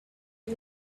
lay